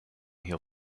here